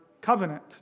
covenant